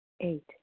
Eight